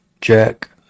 Jack